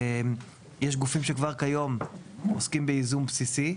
יש גופים שכבר היום עוסקים בייזום בסיסי.